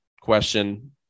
question –